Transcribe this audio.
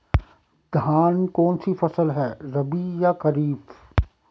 धान कौन सी फसल है रबी या खरीफ?